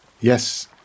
Yes